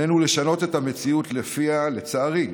עלינו לשנות את המציאות שבה, לצערי,